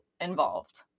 involved